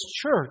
church